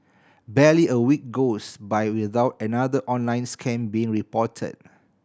barely a week goes by without another online scam being reported